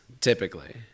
typically